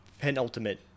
penultimate